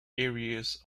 areas